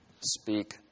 speak